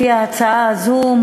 לפי ההצעה הזאת,